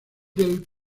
del